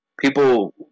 people